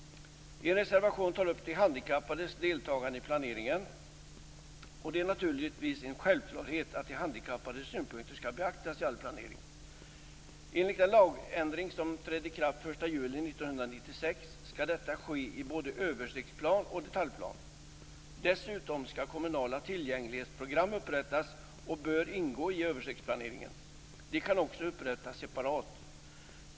En reservation tar upp de handikappades deltagande i planeringen. Det är naturligtvis en självklarhet att de handikappades synpunkter skall beaktas i all planering. Enligt den lagändring som trädde i kraft den 1 juli 1996 skall detta ske i både översiktsplan och detaljplan. Dessutom skall kommunala tillgänglighetsprogram upprättas och bör ingå i översiktsplaneringen. De kan också upprättas separat.